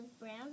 brown